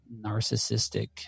narcissistic